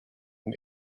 and